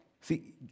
See